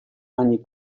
ani